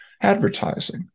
advertising